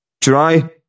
Try